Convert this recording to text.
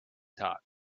thought